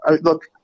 look